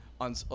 On